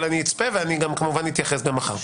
אבל אני אצפה ואני גם כמובן אתייחס מחר.